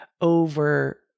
over